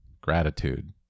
gratitude